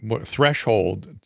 threshold